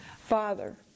Father